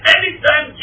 Anytime